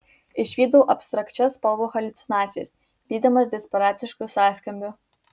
išvydau abstrakčias spalvų haliucinacijas lydimas desperatiškų sąskambių